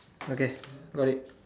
okay got it